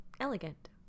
elegant